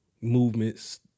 movements